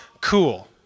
cool